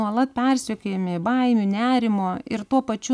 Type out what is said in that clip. nuolat persekiojami baimių nerimo ir tuo pačiu